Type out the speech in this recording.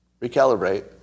Recalibrate